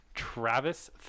Travis